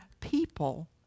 people